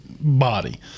body